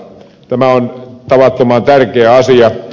tämä on tavattoman tärkeä asia